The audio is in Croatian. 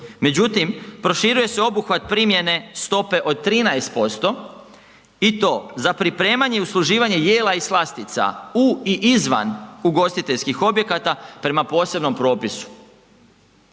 Međutim, proširuje se obuhvat primjene stope od 13% i to za pripremanje i usluživanje jela i slastica u i izvan ugostiteljskih objekata prema posebnom propisu.